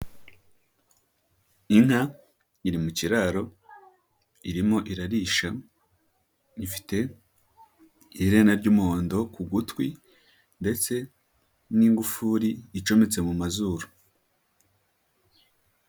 Inka iri mu kiraro irimo irarisha rifite iherena ry'umuhondo ku gutwi ndetse n'ingufuri icometse mu mazuru.